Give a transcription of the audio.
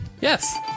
Yes